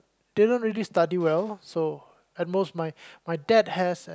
they don't really study well so at most my my dad has